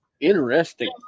Interesting